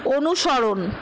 অনুসরণ